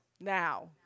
now